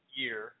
year